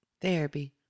Therapy